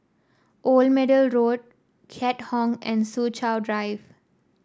Old Middle Road Keat Hong and Soo Chow Drive